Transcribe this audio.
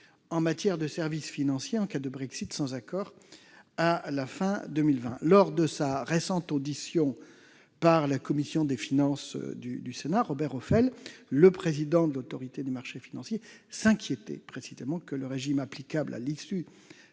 en matière de services financiers en cas de Brexit sans accord à la fin de 2020. Lors de sa récente audition par la commission des finances du Sénat, Robert Ophèle, le président de l'Autorité des marchés financiers, s'inquiétait précisément que le régime applicable à l'issue